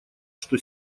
что